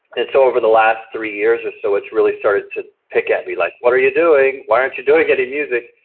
and so over the last three years or so its really started to pick at me like what are you doing, why aren't you doing any music?